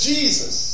Jesus